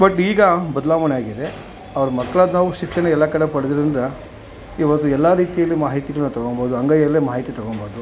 but ಈಗ ಬದಲಾವಣೆ ಆಗಿದೆ ಅವ್ರ ಮಕ್ಳಾದ ನಾವು ಶಿಕ್ಷಣ ಎಲ್ಲ ಕಡೆ ಪಡೆದಿರೋದ್ರಿಂದ ಇವಾಗ ಎಲ್ಲ ರೀತಿಯಲ್ಲಿ ಮಾಹಿತಿನೂ ನಾನು ತಗೊಂಬೋದು ಅಂಗೈಯಲ್ಲೇ ಮಾಹಿತಿ ತಗೊಂಬೋದು